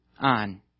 on